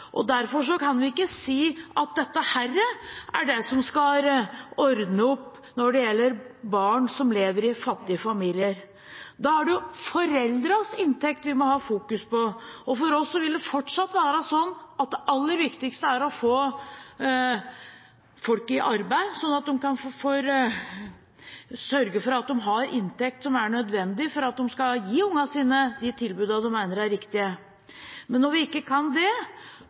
Derfor kan vi ikke si at dette er det som skal ordne opp når det gjelder barn som lever i fattige familier. Da er det jo foreldrenes inntekt vi må fokusere på, og for oss vil det fortsatt være sånn at det aller viktigste er å få folk i arbeid, sånn at de får sørget for at de har inntekt som er nødvendig for at de skal gi ungene sine de tilbudene de mener er riktige. Men når vi ikke kan det,